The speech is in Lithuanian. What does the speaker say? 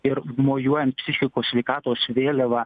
ir mojuojant psichikos sveikatos vėliava